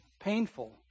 Painful